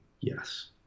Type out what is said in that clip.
Yes